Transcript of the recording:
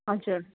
हजुर